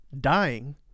dying